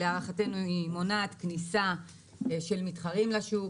היא מונעת כניסה של מתחרים לשוק,